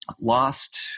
Lost